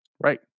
Right